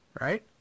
Right